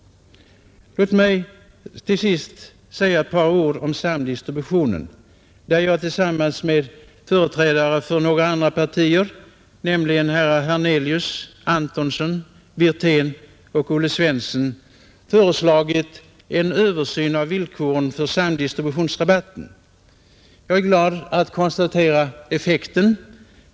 Låt mig till sist säga ett par ord om samdistributionen. Tillsammans med herrar Hernelius, Antonsson, Wirtén och Olle Svensson, således även företrädare för några andra partier, har jag föreslagit en översyn av villkoren för samdistributionsrabatten. Jag är glad att konstatera effekten.